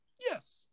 Yes